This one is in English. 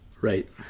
right